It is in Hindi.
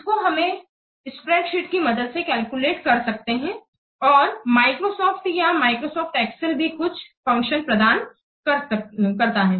इसको हमें स्प्रेडशीट की मदद से कैलकुलेट कर सकते हैं और माइक्रोसॉफ्ट या माइक्रोसॉफ्ट एक्सेल भी कुछ फंक्शन प्रदान कर सकते हैं